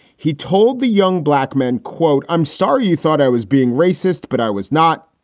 he told the young black men, quote, i'm sorry you thought i was being racist, but i was not.